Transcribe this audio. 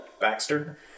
Baxter